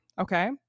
Okay